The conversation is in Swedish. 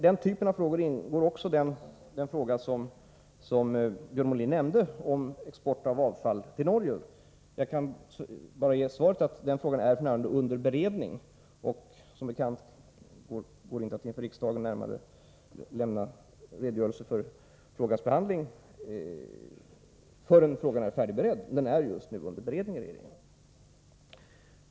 Den fråga som Björn Molin tog upp, nämligen export av avfall till Norge, hör till den här typen av problem. Jag kan ge beskedet att frågan är under beredning f.n. Så det går inte att inför riksdagen lämna en redogörelse för frågans behandling förrän frågan är färdigberedd. Just nu är den under beredning inom regeringen.